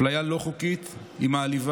אפליה לא חוקית היא מעליבה,